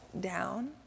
down